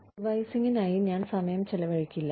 റിവൈസിങ്ങിനായി ഞാൻ സമയം ചിലവഴിക്കില്ല